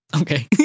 Okay